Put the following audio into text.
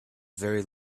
very